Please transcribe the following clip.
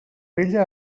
vella